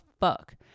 fuck